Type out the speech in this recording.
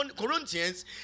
Corinthians